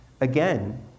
Again